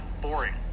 boring